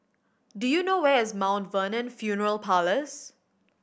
do you know where is Mount Vernon Funeral Parlours